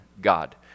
God